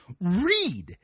read